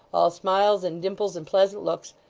all smiles and dimples and pleasant looks,